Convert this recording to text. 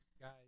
guys